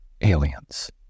aliens